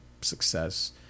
success